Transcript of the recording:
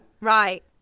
right